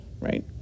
right